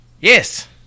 Yes